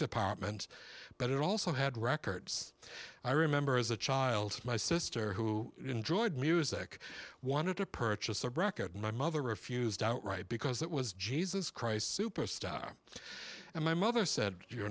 department but it also had records i remember as a child my sister who enjoyed music wanted to purchase a bracket and my mother refused outright because it was jesus christ superstar and my mother said you're